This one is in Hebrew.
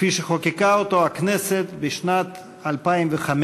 כפי שחוקקה אותו הכנסת בשנת 2005,